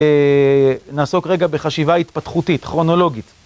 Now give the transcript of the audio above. נעסוק רגע בחשיבה התפתחותית, כרונולוגית.